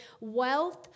Wealth